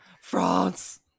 France